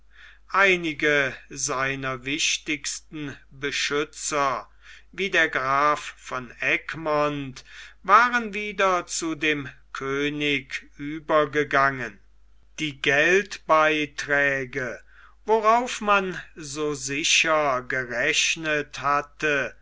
einige seiner wichtigsten beschützer wie der graf von egmont waren wieder zu dem könig übergegangen die geldbeiträge worauf man so sicher gerechnet hatte